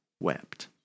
wept